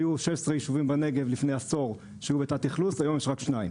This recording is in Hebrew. היו 16 יישובים בנגב לפני עשור שהיו בתת אכלוס והיום יש רק שניים